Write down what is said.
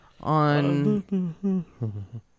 on